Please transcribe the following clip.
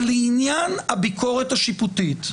אבל לעניין הביקורת השיפוטית,